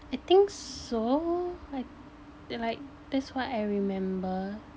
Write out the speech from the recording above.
I think so like that like that's what I remember